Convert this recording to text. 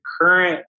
current